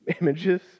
images